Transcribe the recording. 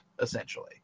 Essentially